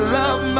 love